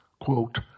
quote